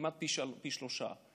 כמעט פי שלושה.